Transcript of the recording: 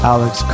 Alex